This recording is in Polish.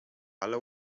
ale